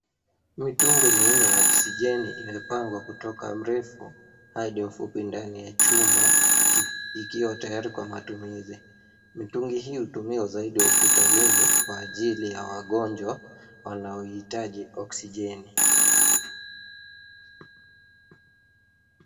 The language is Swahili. Mitungi minne ya oksijeni inayopangwa kutoka mrefu hadi mfupi ndani ya chumba ikiwa tayari kwa matumizi. Mitungi hii hutumiwa zaidi hospitalini kwa ajili ya wagonjwa wanaohitaji oksijeni.